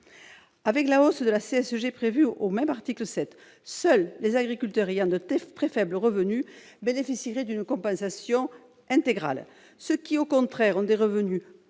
Avec la hausse de la CSG prévue à cet article 7, seuls les agriculteurs ayant de très faibles revenus bénéficieraient d'une compensation intégrale ; ceux qui ont, au contraire, des revenus